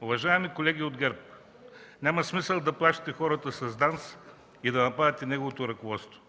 Уважаеми колеги от ГЕРБ, няма смисъл да плашите хората с ДАНС и да нападате нейното ръководство.